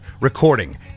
recording